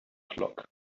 flock